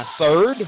third